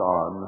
on